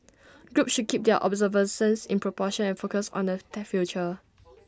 groups should keep their observances in proportion and focused on the the future